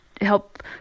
help